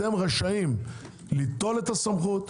אתם רשאים ליטול את הסמכות,